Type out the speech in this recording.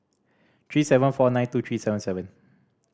three seven four nine two three seven seven